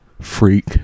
freak